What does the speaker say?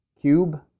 Cube